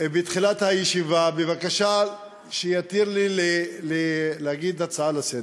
בתחילת הישיבה בבקשה שיתיר לי להציע הצעה לסדר.